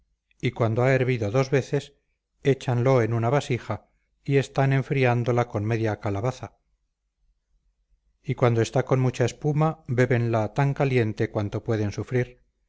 y cuando ha hervido dos veces échanlo en una vasija y están enfriándola con media calabaza y cuando está con mucha espuma bébenla tan caliente cuanto pueden sufrir